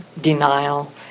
denial